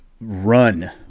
run